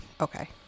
Okay